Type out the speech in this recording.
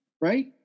right